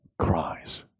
cries